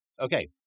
Okay